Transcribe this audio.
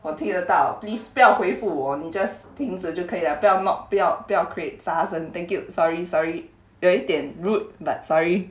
我听得到 please 不要回复我你 just 停着就可以了不要 mop 不要不要 create 杂声 thank you sorry sorry 有一点 rude but sorry